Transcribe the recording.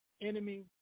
enemy